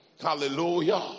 Hallelujah